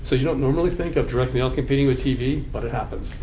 so you don't normally think of direct mail competing with tv. but it happens.